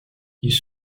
ils